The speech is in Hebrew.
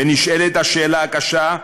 ונשאלת השאלה הקשה: